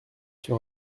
sur